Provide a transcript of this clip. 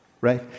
Right